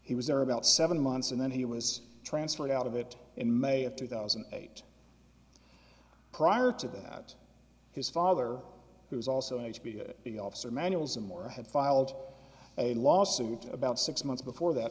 he was there about seven months and then he was transferred out of it in may of two thousand and eight prior to that his father who was also an h b o officer manuals and more had filed a lawsuit about six months before that